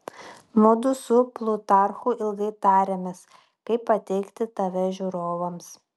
mudu su plutarchu ilgai tarėmės kaip pateikti tave žiūrovams